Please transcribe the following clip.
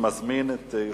בעד, 6,